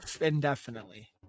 indefinitely